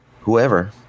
whoever